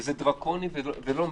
וזה דרקוני ולא מידתי,